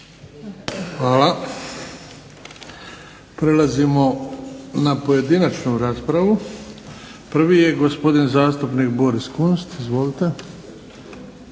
Hvala. Prelazimo na pojedinačnu raspravu. Prvi je gospodin zastupnik Boris Kunst. Izvolite.